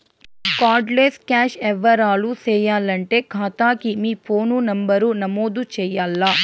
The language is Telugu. కార్డ్ లెస్ క్యాష్ యవ్వారాలు సేయాలంటే కాతాకి మీ ఫోను నంబరు నమోదు చెయ్యాల్ల